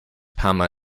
pama